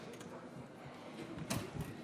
אלהרר.